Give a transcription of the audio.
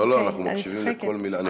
לא, לא, אנחנו מקשיבים לכל מילה, אני צוחקת.